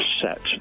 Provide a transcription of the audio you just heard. set